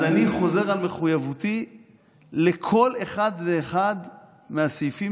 אז אני חוזר על מחויבותי לכל אחד ואחד מהסעיפים